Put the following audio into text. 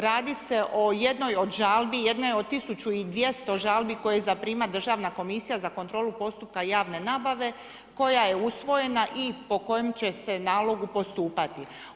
Radi se o jednoj od žalbi, jednoj od tisuću i 200 žalbi koje zaprima Državna komisija za kontrolu postupka javne nabave koja je usvojena i po kojem će se nalogu postupati.